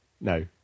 No